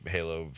Halo